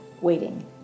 waiting